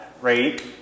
rate